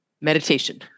Meditation